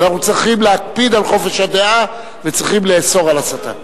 ואנחנו צריכים להקפיד על חופש הדעה וצריכים לאסור הסתה.